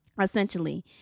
essentially